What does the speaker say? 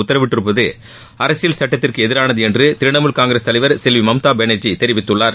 உத்தரவிடப்பட்டிருப்பது அரசியல் சட்டத்திற்கு எதிரானது என்று திரிணாமூல் காங்கிரஸ் தலைவர் செல்வி மம்தா பானர்ஜி தெரிவித்துள்ளார்